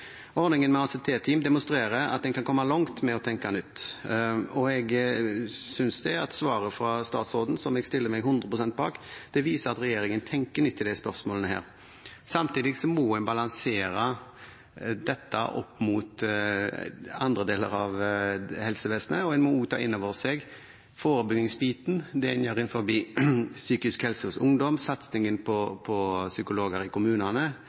Ordningen med ACT-team demonstrerer at en kan komme langt ved å tenke nytt, og jeg synes svaret fra statsråden, som jeg stiller meg 100 pst. bak, viser at regjeringen tenker nytt i disse spørsmålene. Samtidig må en balansere dette opp mot andre deler av helsevesenet, og en må også ta innover seg forebyggingsbiten, det en gjør innenfor psykisk helse hos ungdom, satsing på psykologer i kommunene